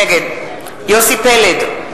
נגד יוסי פלד,